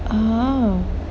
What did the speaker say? oh